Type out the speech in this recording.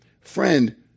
Friend